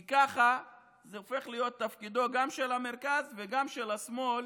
כי ככה זה הופך להיות תפקידו גם של המרכז וגם של השמאל